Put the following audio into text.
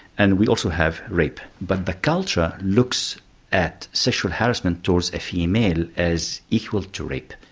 and we also have rape. but the culture looks at sexual harassment towards a female as equal to rape.